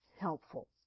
helpful